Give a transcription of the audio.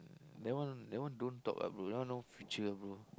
that one that one don't talk ah bro that one no future ah bro